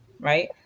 right